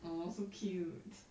orh so cute